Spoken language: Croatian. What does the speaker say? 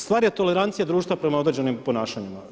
Stvar je tolerancija društva prema određenim ponašanjima.